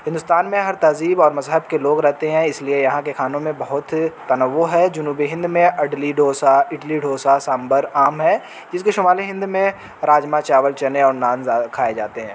ہندوستان میں ہر تہذیب اور مذہب کے لوگ رہتے ہیں اس لیے یہاں کے کھانوں میں بہت تنوع ہے جنوبی ہند میں اڈلی ڈوسا اڈلی ڈوسا سانبر عام ہے جس کے شمالی ہند میں راجما چاول چنے اور نان کھائے جاتے ہیں